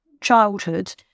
childhood